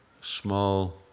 small